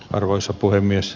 arvoisa puhemies